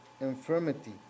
infirmity